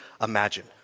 imagine